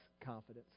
confidence